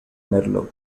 merlo